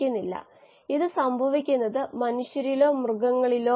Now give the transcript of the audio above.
എന്നിരുന്നാലും ആമുഖത്തിൽ നമ്മൾ ഇതിനകം കണ്ടതുപോലെ മറ്റ് നിരവധി ഉൽപ്പന്നങ്ങൾ ഉണ്ട്